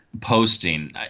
posting